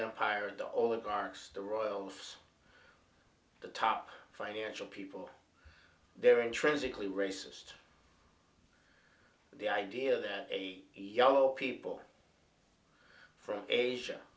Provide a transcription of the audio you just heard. empire the oligarchs the royals the top financial people they are intrinsically racist the idea that a yellow people from asia